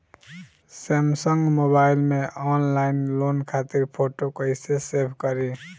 Samsung mobile में online loan खातिर photo कैसे सेभ करीं?